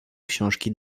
książki